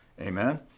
Amen